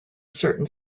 certain